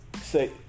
say